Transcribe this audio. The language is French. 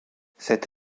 cette